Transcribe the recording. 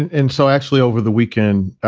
and so actually, over the weekend,